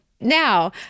Now